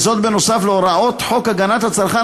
וזאת נוסף על הוראות חוק הגנת הצרכן,